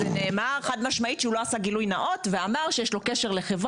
זה נאמר חד משמעית שהוא לא עשה גילוי נאות ואמר שיש לו קשר לחברה.